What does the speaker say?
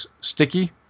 sticky